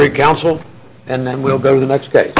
very council and then we'll go to the next